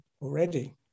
already